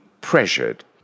pressured